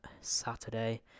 Saturday